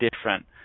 different